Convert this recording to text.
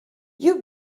you